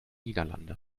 niederlande